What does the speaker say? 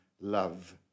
love